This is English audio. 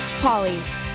Polly's